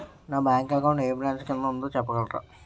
నా bank account ఏ branch కిందా ఉందో చెప్పగలరా?